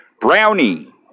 Brownie